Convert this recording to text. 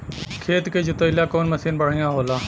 खेत के जोतईला कवन मसीन बढ़ियां होला?